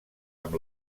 amb